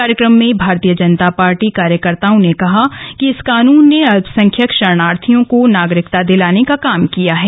कार्यक्रम में भाजपा कार्यकर्ताओं ने कहा कि इस कानून ने अल्पसंख्यक शरणार्थियों को नागरिकता दिलाने का काम किया है